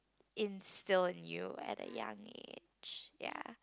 instill in you at a young age ya